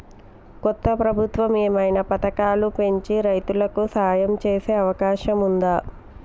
కొత్త ప్రభుత్వం ఏమైనా పథకాలు పెంచి రైతులకు సాయం చేసే అవకాశం ఉందా?